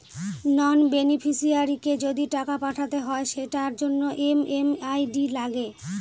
নন বেনিফিশিয়ারিকে যদি টাকা পাঠাতে হয় সেটার জন্য এম.এম.আই.ডি লাগে